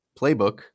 playbook